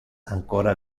ancora